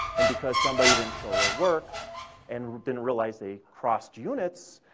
and because somebody didn't show their work and didn't realize they crossed units,